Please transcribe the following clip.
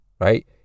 right